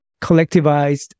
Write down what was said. collectivized